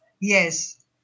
yes